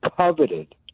coveted